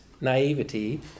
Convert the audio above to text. naivety